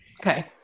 Okay